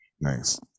Nice